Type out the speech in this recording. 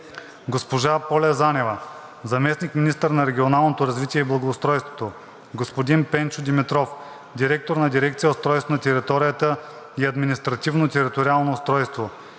госпожа Поля Занева – заместник-министър на регионалното развитие и благоустройството, господин Пенчо Димитров – директор на дирекция „Устройство на територията и административно-териториално устройство“,